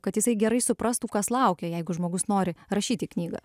kad jisai gerai suprastų kas laukia jeigu žmogus nori rašyti knygą